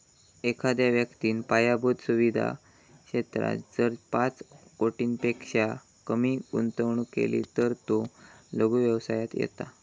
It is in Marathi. एखाद्या व्यक्तिन पायाभुत सुवीधा क्षेत्रात जर पाच कोटींपेक्षा कमी गुंतवणूक केली तर तो लघु व्यवसायात येता